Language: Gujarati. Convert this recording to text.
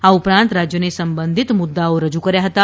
આ ઉપરાંત રાજ્યને સંબધિત મુદ્દાઓ રજૂ કર્યા હતા